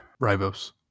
Ribos